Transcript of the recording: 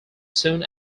soon